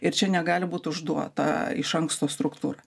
ir čia negali būt užduota iš anksto struktūra